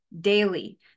daily